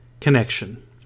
connection